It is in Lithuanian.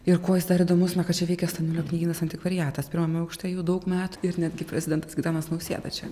ir kuo jis dar įdomus na kad čia veikia stanulio knygynas antikvariatas pirmame aukšte jau daug metų ir netgi prezidentas gitanas nausėda čia